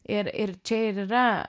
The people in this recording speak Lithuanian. ir ir čia ir yra